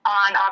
on